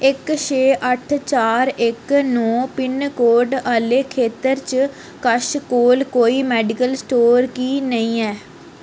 इक छे अट्ठ चार इक नौ पिन्न कोड आह्ले खेतर च कच्छ कोल कोई मेडिकल स्टोर की नेईं ऐ